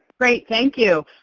great, thank you.